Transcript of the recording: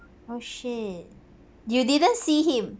oh shit you didn't see him